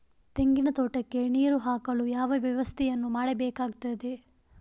ತೆಂಗಿನ ತೋಟಕ್ಕೆ ನೀರು ಹಾಕಲು ಯಾವ ವ್ಯವಸ್ಥೆಯನ್ನು ಮಾಡಬೇಕಾಗ್ತದೆ?